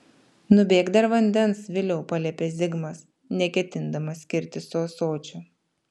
nubėk dar vandens viliau paliepė zigmas neketindamas skirtis su ąsočiu